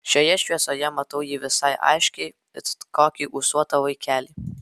šioje šviesoje matau jį visai aiškiai it kokį ūsuotą vaikelį